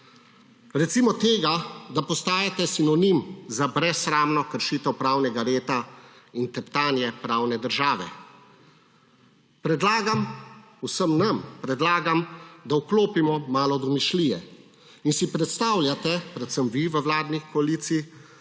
Recimo tega, da postajate sinonim za brezsramno kršitev pravnega reda in teptanje pravne države. Predlagam, vsem nam, predlagam, da vklopimo malo domišljije in si predstavljate, predvsem vi, v vladni koaliciji,